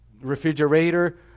refrigerator